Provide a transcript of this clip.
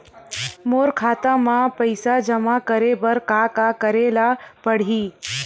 मोर खाता म पईसा जमा करे बर का का करे ल पड़हि?